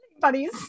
buddies